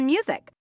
Music